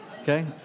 Okay